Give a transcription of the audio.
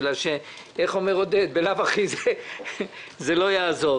בגלל שאיך אומר עודד, בלאו הכי זה לא יעזור.